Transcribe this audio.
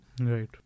Right